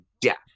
death